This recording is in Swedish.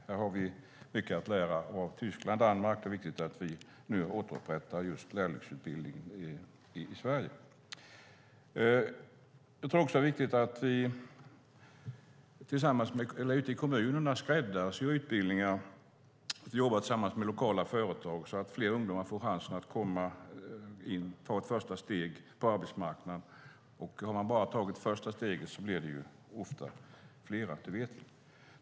Här har vi mycket att lära av Tyskland och Danmark, och det är viktigt att vi nu återupprättar just lärlingsutbildningen i Sverige. Jag tror också att det är viktigt att vi ute i kommunerna skräddarsyr utbildningar och jobbar tillsammans med lokala företag så att fler ungdomar får chansen att komma in och ta ett första steg på arbetsmarknaden. Har man bara tagit det första steget blir det ofta fler. Det vet vi.